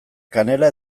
kanela